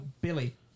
Billy